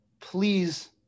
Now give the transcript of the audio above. please